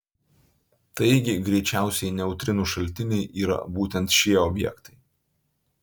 taigi greičiausiai neutrinų šaltiniai yra būtent šie objektai